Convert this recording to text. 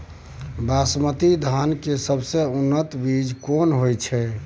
बासमती धान के सबसे उन्नत बीज केना होयत छै?